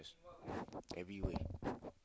everywhere